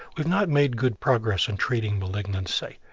we've not made good progress on treating malignancy,